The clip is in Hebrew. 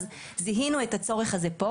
אז זיהינו את הצורך הזה פה.